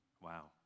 Wow